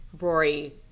rory